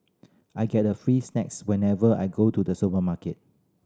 I get a free snacks whenever I go to the supermarket